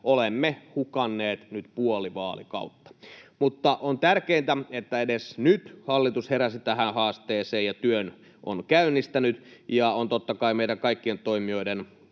olemme hukanneet nyt puoli vaalikautta. Mutta on tärkeintä, että edes nyt hallitus heräsi tähän haasteeseen ja on käynnistänyt työn. On totta kai meidän kaikkien toimijoiden